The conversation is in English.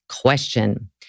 Question